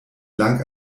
lang